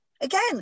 Again